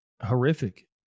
horrific